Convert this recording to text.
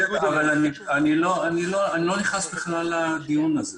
אני לא נכנס בכלל לדיון הזה.